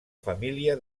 família